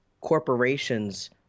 corporations